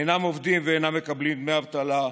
אינם עובדים ואינם מקבלים דמי אבטלה,